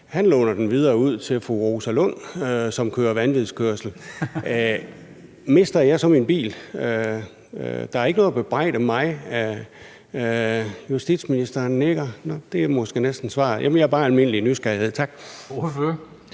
han låner den videre ud til fru Rosa Lund, som kører vanvidskørsel. Mister jeg så min bil? Der er ikke noget at bebrejde mig. Justitsministeren nikker. Det er måske næsten svaret. Det er bare af almindelig nysgerrighed. Tak.